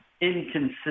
inconsistent